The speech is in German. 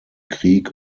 krieg